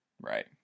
Right